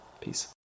Peace